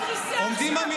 הייתה דריסה עכשיו.